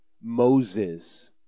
Moses